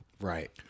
Right